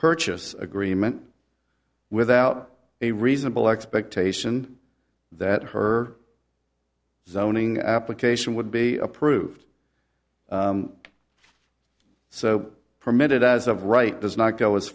purchase agreement without a reasonable expectation that her zoning application would be approved so permitted as of right does not go as